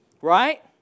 Right